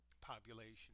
population